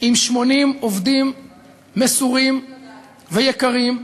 עם 80 עובדים מסורים ויקרים,